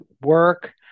work